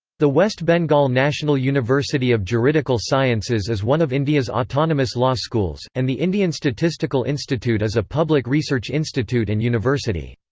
the west bengal national university of juridical sciences is one of india's autonomous law schools, and the indian statistical institute is a public research institute and university.